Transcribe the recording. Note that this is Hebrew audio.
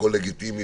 הכול לגיטימי,